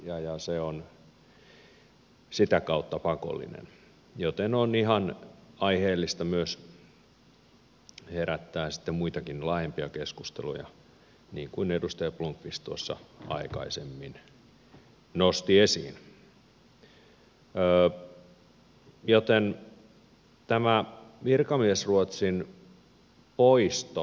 se on sitä kautta pakollinen joten on ihan aiheellista herättää muitakin laajempia keskusteluja niin kuin edustaja blomqvist aikaisemmin nosti esiin